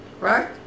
right